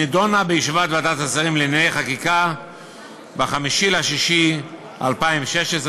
נדונה בישיבת ועדת השרים לענייני חקיקה ב-5 ביוני 2016,